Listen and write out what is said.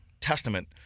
testament